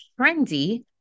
trendy